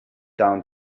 down